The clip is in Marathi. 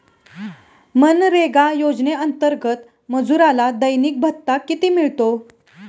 मनरेगा योजनेअंतर्गत मजुराला दैनिक भत्ता किती मिळतो?